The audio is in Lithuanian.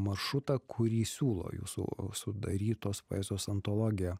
maršrutą kurį siūlo jūsų sudarytos poezijos antologiją